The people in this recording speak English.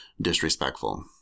disrespectful